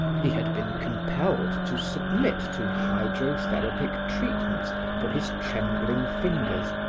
he had been compelled to submit to hydrotherapic treatments for his trembling fingers,